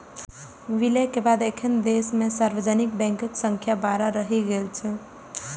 विलय के बाद एखन देश मे सार्वजनिक बैंकक संख्या बारह रहि गेल छै